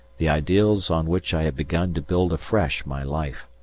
the ideals on which i had begun to build afresh my life.